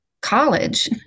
college